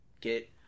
get